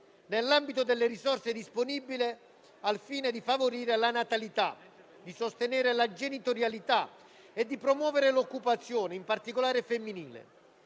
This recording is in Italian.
nell'ambito delle risorse disponibili, al fine di favorire la natalità, di sostenere la genitorialità e di promuovere l'occupazione, in particolare femminile.